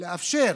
לאפשר